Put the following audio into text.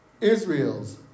Israel's